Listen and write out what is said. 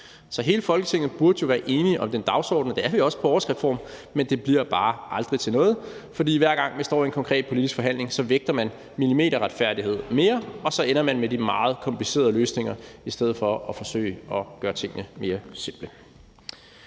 Så hele Folketinget burde være enige om den dagsorden, og det er vi også i overskriftsform, men det bliver bare aldrig til noget, for hver gang vi står i en konkret politisk forhandling, vægter man millimeterretfærdighed tungere, og så ender man med de meget komplicerede løsninger i stedet for at forsøge at gøre tingene mere simple.